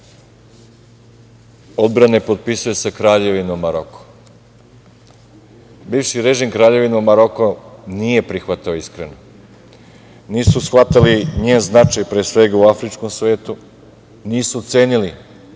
odbrane potpisuje sa Kraljevinom Marokom. Bivši režim Kraljevinu Maroko nije prihvatao iskreno. Nisu shvatali njen značaj pre svega u afričkom svetu, nisu cenili